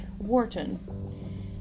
Wharton